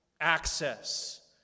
access